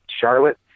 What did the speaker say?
Charlotte